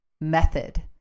method